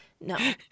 no